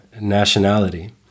nationality